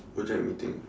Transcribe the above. project meeting